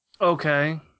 Okay